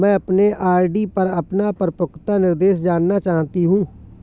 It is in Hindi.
मैं अपने आर.डी पर अपना परिपक्वता निर्देश जानना चाहती हूँ